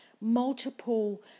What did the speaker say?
multiple